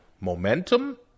momentum